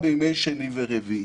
ביקש בדיוק את אותו